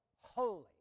holy